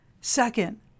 Second